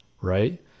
right